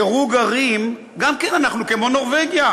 דירוג ערים, גם כן, אנחנו כמו נורבגיה.